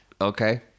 okay